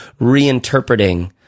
reinterpreting